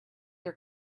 your